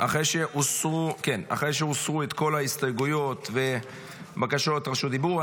אחרי שהוסרו כל ההסתייגויות ובקשות רשות הדיבור,